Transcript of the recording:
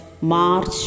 march